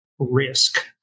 Risk